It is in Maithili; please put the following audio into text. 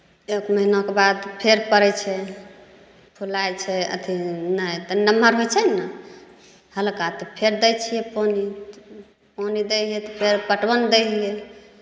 एक महिनाके बाद फेर परै छै फुलाइ छै अथी नहि तनी नमहर होइ छै ने हल्का तऽ फेर दै छियै पानि तऽ पानि दै हियै तऽ फेर पटवन दै हियै